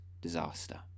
disaster